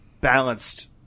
balanced